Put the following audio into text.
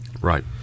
Right